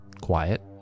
quiet